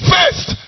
First